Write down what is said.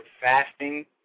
fasting